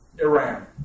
Iran